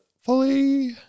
fully